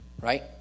Right